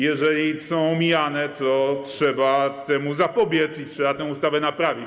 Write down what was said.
Jeżeli są omijane, to trzeba temu zapobiec i trzeba tę ustawę naprawić.